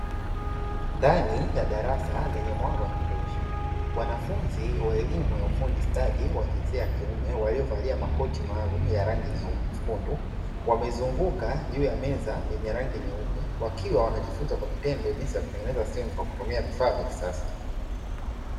Ndani ya darasa lenye mwanga wakutosha wanafunzi wa elimu ya ufundi stadi wa jinsia ya kiume waliovalia makoti maalumu ya rangi nyekundu wamezunguka juu ya meza yenye rangi nyeupe, wakiwa wanajifunza kwa vitendo jinsi ya kutengeneza simu kwa kutumia vifaa vya kisasa.